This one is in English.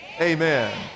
Amen